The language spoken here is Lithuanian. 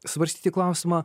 svarstyti klausimą